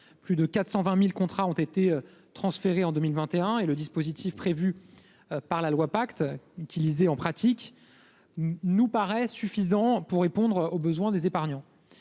Plus de 420 000 contrats ont ainsi été transférés en 2021. Le dispositif prévu par la loi Pacte, qui est utilisé en pratique, nous paraît suffisant pour répondre aux besoins des épargnants.